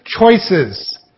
choices